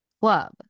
Club